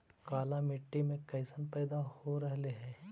काला मिट्टी मे कैसन पैदा हो रहले है?